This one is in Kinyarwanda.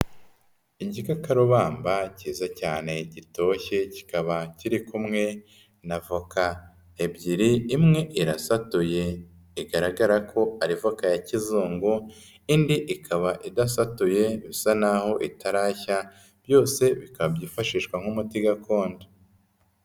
Igikakarubamba kiza cyane gitoshye, kikaba kiri kumwe na voka ebyiri, imwe irasatuye bigaragara ko ari voka ya kizungu, indi ikaba idasatuye bisa naho itarashya, byose bikaba byifashishwa nk'umuti gakondo.